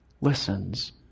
listens